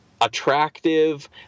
attractive